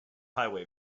highway